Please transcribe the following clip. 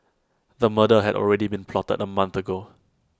the murder had already been plotted A month ago